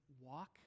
walk